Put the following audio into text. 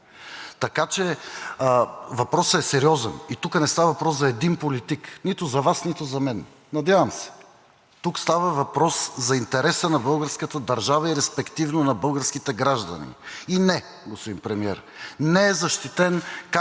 така че въпросът е сериозен. Тук не става въпрос за един политик – нито за Вас, нито за мен, надявам се, става въпрос за интереса на българската държава и респективно на българските граждани. И не, господин Премиер, не е защитен,